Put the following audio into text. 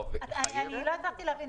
אני לא הצלחתי להבין.